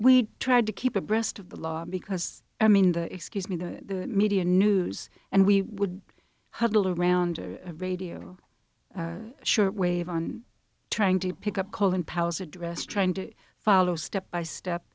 we tried to keep abreast of the law because i mean the excuse me the media news and we would huddle around a radio shortwave on trying to pick up colin powell as a dress trying to follow step by step